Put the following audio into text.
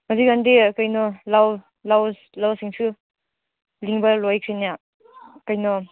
ꯍꯧꯖꯤꯛꯀꯥꯟꯗꯤ ꯀꯩꯅꯣ ꯂꯧ ꯂꯧꯁꯤꯡꯁꯨ ꯂꯤꯡꯕ ꯂꯣꯏꯈ꯭ꯔꯦꯅ ꯀꯩꯅꯣ